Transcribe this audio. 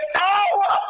power